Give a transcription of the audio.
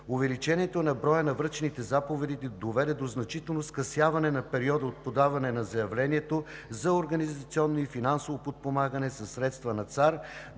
Увеличението на броя на връчените заповеди доведе до значително скъсяване на периода от подаване на заявлението за организационно и финансово подпомагане със средства на